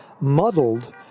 muddled